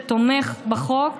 שתומך בחוק.